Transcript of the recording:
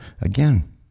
again